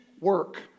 work